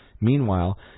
Meanwhile